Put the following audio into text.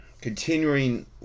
continuing